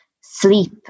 sleep